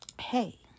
hey